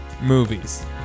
movies